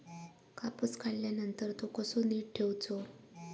कापूस काढल्यानंतर तो कसो नीट ठेवूचो?